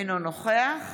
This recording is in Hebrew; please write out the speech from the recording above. אינו נוכח